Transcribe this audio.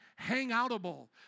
hangoutable